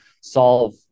solve